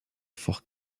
fort